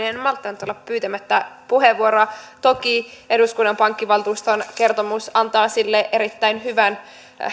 en malttanut olla pyytämättä puheenvuoroa toki eduskunnan pankkivaltuuston kertomus antaa sille erittäin hyvän